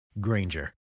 Granger